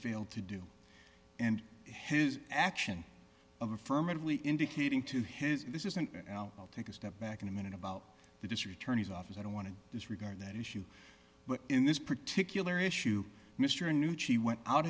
failed to do and his action of affirmatively indicating to his this is an i'll take a step back in a minute about the district attorney's office i don't want to disregard that issue but in this particular issue mr new ci went out